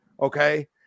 okay